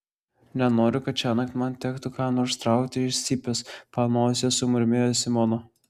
nenoriu kad šiąnakt man tektų ką nors traukti iš cypės panosėje sumurmėjo simona